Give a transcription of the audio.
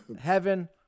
heaven